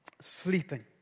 sleeping